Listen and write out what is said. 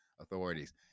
authorities